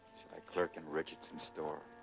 i clerk in richardson's store?